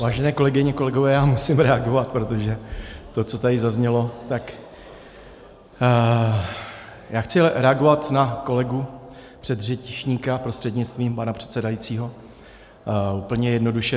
Vážené kolegyně, kolegové, já musím reagovat, protože to, co tady zaznělo tak já chci reagovat na kolegu předřečníka prostřednictvím pana předsedajícího úplně jednoduše.